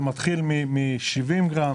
זה מתחיל מ-70 גרם